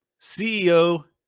CEO